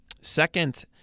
second